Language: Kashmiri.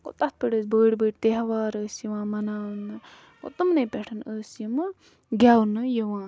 گوٚو تَتھ پٮ۪ٹھ ٲسۍ بٔڑۍ بٔڑۍ تہوار ٲسۍ یِوان مَناونہٕ تہٕ تٕمنٕے پٮ۪ٹھ ٲسۍ یِمہٕ گٮ۪ونہٕ یِوان